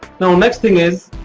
now next thing is.